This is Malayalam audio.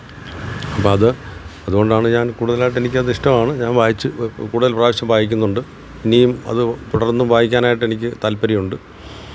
അപ്പോൾ അത് അതുകൊണ്ടാണ് ഞാന് കൂടുതലായിട്ട് എനിക്കത് ഇഷ്ടമാണ് ഞാന് വായിച്ച് കൂടുതല് പ്രാവിശ്യം വായിക്കുന്നുണ്ട് ഇനിയും അത് തുടര്ന്ന് വായിക്കാനാട്ട് എനിക്ക് താല്പ്പര്യമുണ്ട്